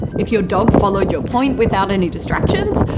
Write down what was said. if your dog followed your point without any distractions,